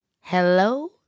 hello